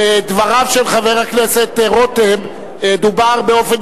בדבריו של חבר הכנסת רותם דובר באופן